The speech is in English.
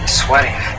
sweating